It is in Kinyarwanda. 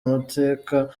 amateka